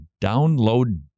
download